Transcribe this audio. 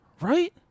Right